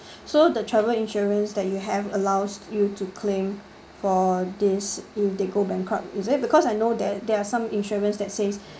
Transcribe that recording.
so the travel insurance that you have allows you to claim for this if they go bankrupt is it because I know that there are some insurance that says